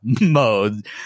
mode